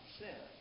sin